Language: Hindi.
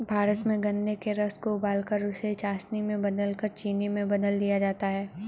भारत में गन्ने के रस को उबालकर उसे चासनी में बदलकर चीनी में बदल दिया जाता है